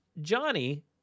Johnny